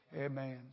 Amen